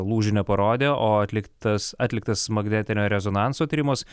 lūžių neparodė o atliktas atliktas magnetinio rezonanso tyrimas